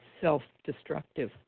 self-destructive